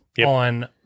on